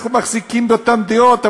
אנחנו מחזיקים באותן דעות,